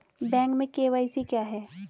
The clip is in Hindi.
बैंक में के.वाई.सी क्या है?